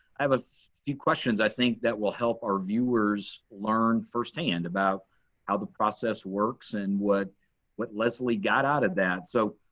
i have a few questions i think that will help our viewers learn first hand about how the process works and what what leslie got out that. so,